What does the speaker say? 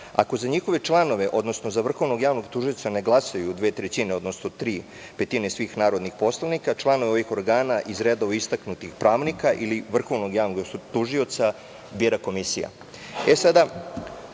Ako za njihove članove odnosno za vrhovnog javnog tužioca ne glasaju dve trećine odnosno tri petine svih narodnih poslanika, članove ovih organa iz redova istaknutih pravnika ili vrhovnog javnog tužioca bira komisija. Komisiju